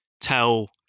tell